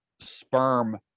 sperm